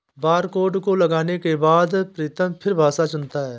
barcode को लगाने के बाद प्रीतम फिर भाषा चुनता है